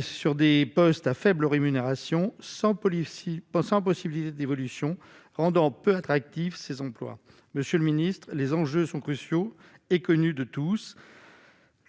sur des postes à faible rémunération sans Policy pas sans possibilité d'évolution rendant peu attractifs ces emplois, monsieur le Ministre, les enjeux sont cruciaux et connue de tous.